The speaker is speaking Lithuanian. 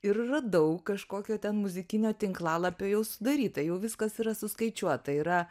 ir radau kažkokio ten muzikinio tinklalapio jau sudaryta jau viskas yra suskaičiuota yra